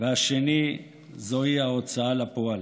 והשני זוהי ההוצאה לפועל,